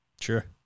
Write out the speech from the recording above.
Sure